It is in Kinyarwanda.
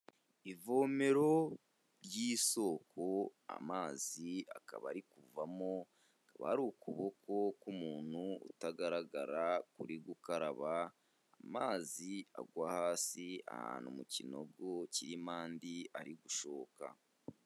Ivomero ry'isoko amazi akaba ari kuvamo, hakaba hari ukuboko k'umuntu utagaragara kuri gukaraba amazi agwa hasi, ahantu mu kinogo kimo andi ari gushoka.